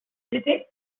d’été